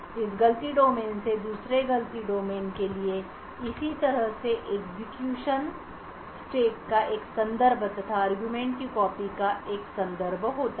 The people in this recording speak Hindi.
इस गलती डोमेन से दूसरे गलती डोमेन के लिए इसी तरह से एग्जीक्यूशन स्टेक का एक संदर्भ तथा अरगुमेंट की कॉपी का एक संदर्भ होता है